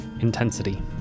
intensity